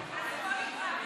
גם פוליגרף,